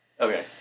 Okay